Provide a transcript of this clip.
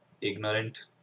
ignorant